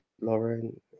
lauren